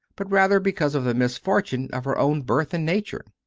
but rather because of the misfortune of her own birth and nature.